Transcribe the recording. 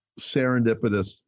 serendipitous